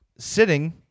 Sitting